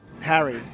Harry